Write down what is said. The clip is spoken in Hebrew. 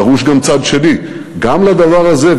דרוש גם צד שני גם לדבר הזה.